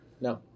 No